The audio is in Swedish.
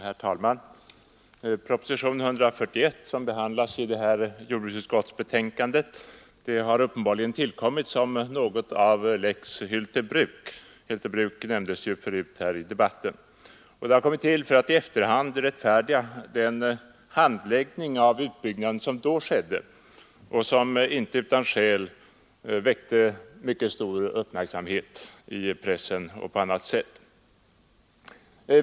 Herr talman! Propositionen 141 som behandlas i jordbruksutskottets betänkande nr 50 har uppenbarligen tillkommit som något av en lex Hylte bruk — Hylte bruk nämndes ju förut här i debatten — för att i efterhand rättfärdiga den handläggning av utbyggnaden som skedde där och som inte utan skäl väckte mycket stor uppmärksamhet i pressen och på annat sätt.